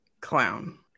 clown